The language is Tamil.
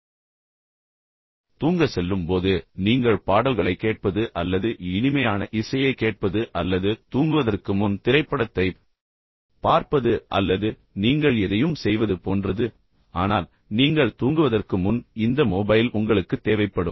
எனவே தூங்கச் செல்லும் போது நீங்கள் பாடல்களைக் கேட்பது அல்லது இனிமையான இசையைக் கேட்பது அல்லது தூங்குவதற்கு முன் திரைப்படத்தைப் பார்ப்பது அல்லது நீங்கள் எதையும் செய்வது போன்றது ஆனால் நீங்கள் தூங்குவதற்கு முன் இந்த மொபைல் உங்களுக்குத் தேவைப்படும்